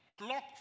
Clock